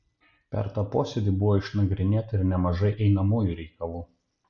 per tą posėdį buvo išnagrinėta ir nemaža einamųjų reikalų